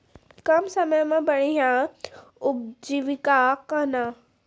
कम समय मे बढ़िया उपजीविका कहना?